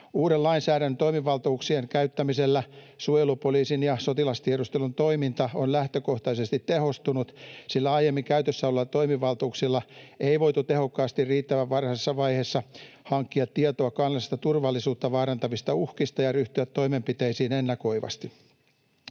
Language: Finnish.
Uuden lainsäädännön toimivaltuuksien käyttämisellä suojelupoliisin ja sotilastiedustelun toiminta on lähtökohtaisesti tehostunut, sillä aiemmin käytössä olleilla toimivaltuuksilla ei voitu tehokkaasti riittävän varhaisessa vaiheessa hankkia tietoa kansallista turvallisuutta vaarantavista uhkista ja ryhtyä toimenpiteisiin ennakoivasti.